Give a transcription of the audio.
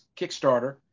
Kickstarter